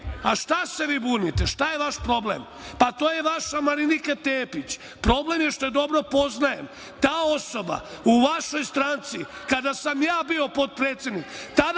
šta se vi bunite? Šta je vaš problem? Pa, to je vaša Marnika Tepić. Problem je što je dobro poznajem. Ta osoba u vašoj stranci kada sam ja bio potpredsednik